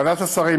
ועדת השרים,